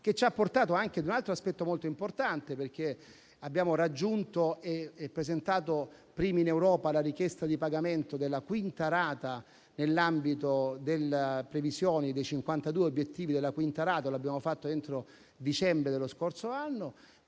quarta rata e anche ad un altro aspetto molto importante. Abbiamo infatti raggiunto e presentato, primi in Europa, la richiesta di pagamento della quinta rata nell'ambito delle previsioni dei 52 obiettivi in essa contenuti, che abbiamo fatto entro dicembre dello scorso anno.